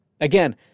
Again